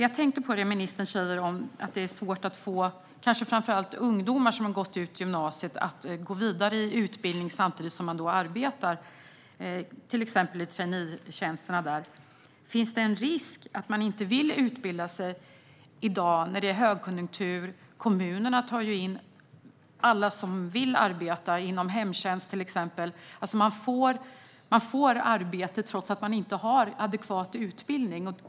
Jag tänker på det ministern säger om att det är svårt att få kanske framför allt ungdomar som gått ut gymnasiet att gå vidare i utbildning samtidigt som de arbetar i till exempel traineetjänsterna. Finns det en risk att de inte vill utbilda sig i dag när det är högkonjunktur? Kommunerna tar in alla som vill arbeta inom till exempel hemtjänst. De får arbete trots att de inte har adekvat utbildning.